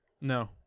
No